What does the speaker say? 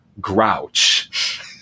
Grouch